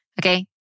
Okay